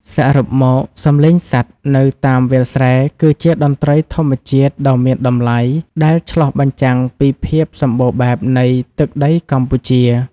សរុបមក សំឡេងសត្វនៅតាមវាលស្រែគឺជាតន្ត្រីធម្មជាតិដ៏មានតម្លៃ ដែលឆ្លុះបញ្ចាំងពីភាពសម្បូរបែបនៃទឹកដីកម្ពុជា។